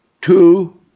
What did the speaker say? two